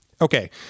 Okay